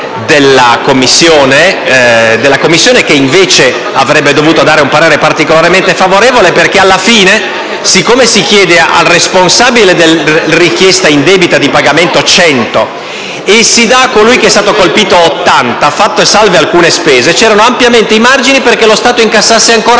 della Commissione bilancio, che invece avrebbe dovuto esprimere un parere particolarmente favorevole perché alla fine, siccome al responsabile della richiesta indebita di pagamento si chiede 100 e a colui che è stato colpito si dà 80 (fatte salve alcune spese), c'erano ampiamente i margini perché lo Stato incassasse ancora